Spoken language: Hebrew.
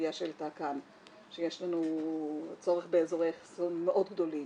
הסוגיה שעלתה כאן שיש לנו צורך באזורי אחסון מאוד גדולים.